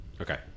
Okay